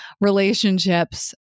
relationships